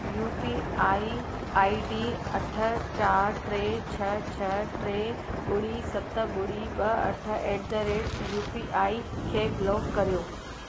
U P I I D अठ चारि टे छह छह टे ॿुड़ी सत ॿुड़ी ॿ अठ at the rate U P I खे ब्लॉक करियो